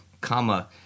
comma